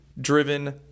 driven